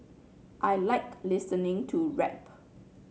I like listening to rap